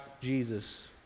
Jesus